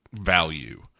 value